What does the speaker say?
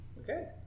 Okay